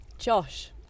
Josh